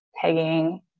pegging